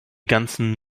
ganzen